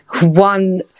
One